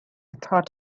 thought